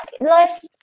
life